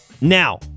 Now